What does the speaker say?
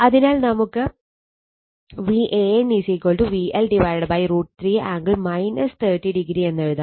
അതിനാൽ നമുക്ക് Van VL√ 3 angle 30o എന്നെഴുതാം